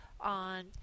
on